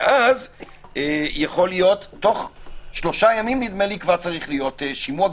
כאשר תוך שלושה ימים צריך להיות שימוע.